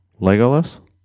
Legolas